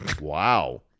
Wow